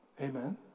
Amen